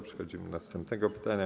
Przechodzimy do następnego pytania.